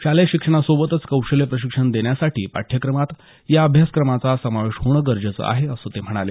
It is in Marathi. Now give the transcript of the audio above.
शालेय शिक्षणासोबत कौशल्य प्रशिक्षण देण्यासाठी पाठ्यक्रमात या अभ्यासक्रमाचा समावेश होणं गरजेचं आहे असं ते म्हणाले